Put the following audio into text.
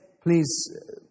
please